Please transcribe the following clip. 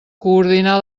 coordinar